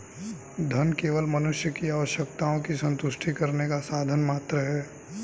धन केवल मनुष्य की आवश्यकताओं की संतुष्टि करने का साधन मात्र है